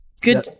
good